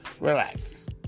relax